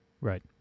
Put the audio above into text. Right